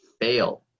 fail